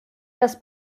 das